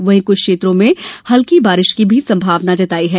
वहीं कुछ क्षेत्रों में हल्की बारिश की संभावना भी जताई गई है